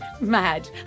mad